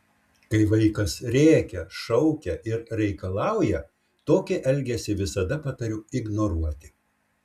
kai vaikas rėkia šaukia ir reikalauja tokį elgesį visada patariu ignoruoti